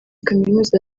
kaminuza